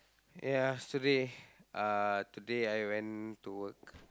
yesterday uh today I went to work